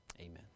amen